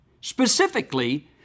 Specifically